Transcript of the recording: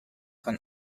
can